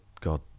God